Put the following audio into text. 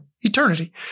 eternity